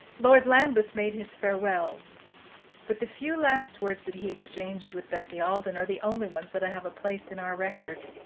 lord lambeth made his farewells but the few last words that he exchanged with bessie alden are the only ones that have a place in our record.